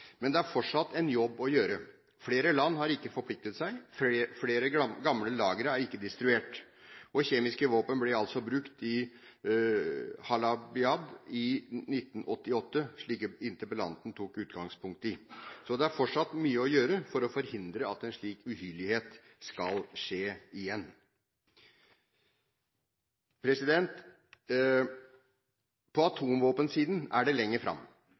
Men det er fortsatt en jobb å gjøre. Flere land har ikke forpliktet seg. Flere gamle lagre er ikke destruert. Og kjemiske våpen ble altså brukt i Halabja i 1988, slik interpellanten tok utgangspunkt i. Så det er fortsatt mye å gjøre for å forhindre at en slik uhyrlighet skal skje igjen. På atomvåpensiden er det lenger fram.